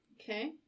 Okay